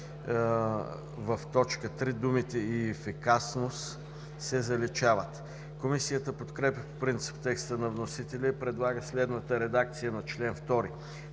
в т. 3 думите „и ефикасност“ се заличават.“ Комисията подкрепя по принцип текста на вносителя и предлага следната редакция на чл. 2: